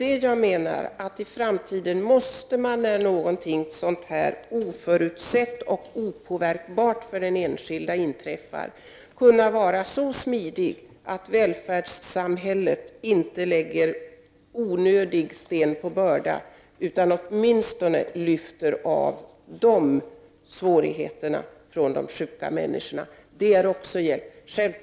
I framtiden måste detta, när någonting oförutsett och opåverkbart för den enskilde inträffar, kunna hanteras så smidigt att välfärdssamhället inte lägger onödig sten på bördan, utan åtminstone bidrar till att befria dessa sjuka människor från de svårigheterna. Det är också till hjälp.